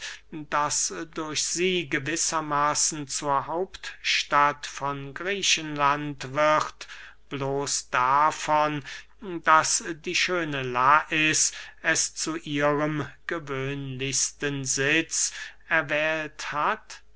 das durch sie gewisser maßen zur hauptstadt von griechenland wird bloß davon daß die schöne lais es zu ihrem gewöhnlichsten sitz erwählt hat